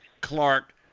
Clark